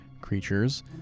creatures